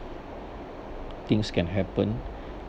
things can happen